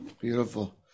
beautiful